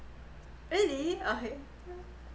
really okay